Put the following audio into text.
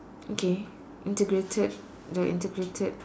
okay integrated the integrated